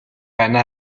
байна